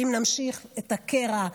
ואם נמשיך את הקרע,